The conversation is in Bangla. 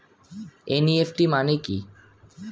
এন.ই.এফ.টি মানে কি?